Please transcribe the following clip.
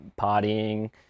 partying